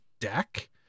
deck